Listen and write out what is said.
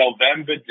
november